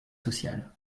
social